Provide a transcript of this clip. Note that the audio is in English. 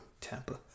Tampa